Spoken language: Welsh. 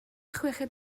chweched